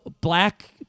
black